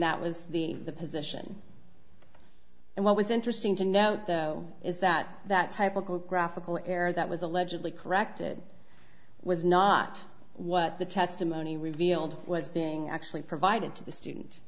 that was the position and what was interesting to note though is that that type of graphical error that was allegedly corrected was not what the testimony revealed was being actually provided to the student